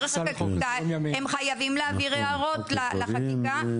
הם חייבים להעביר הערות לחקיקה,